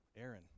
Aaron